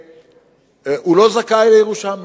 הוא לא זכאי לירושה מהם.